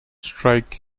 strike